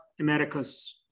America's